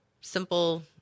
simple